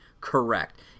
correct